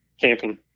camping